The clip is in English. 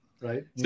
Right